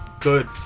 good